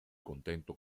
contento